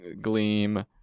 gleam